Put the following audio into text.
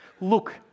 Look